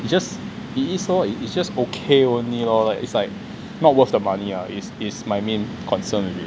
it's just it is lor it's just okay only lor it's like not worth the money ah is is my main concern with it